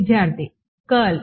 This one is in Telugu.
విద్యార్థి కర్ల్